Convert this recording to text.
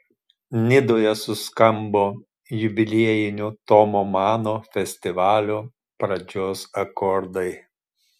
nidoje suskambo jubiliejinio tomo mano festivalio pradžios akordai